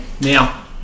now